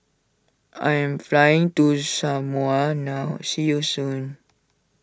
I am flying to Samoa now see you soon